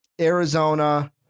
Arizona